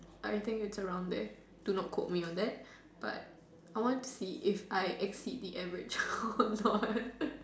I think it's around there do not quote me on that but I want to see if I exceed the average or not